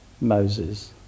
Moses